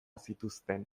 zituzten